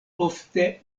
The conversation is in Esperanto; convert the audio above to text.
ofte